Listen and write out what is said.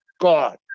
God